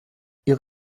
ihre